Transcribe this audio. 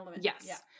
Yes